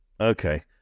okay